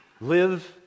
Live